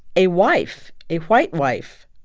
a wife, a white wife,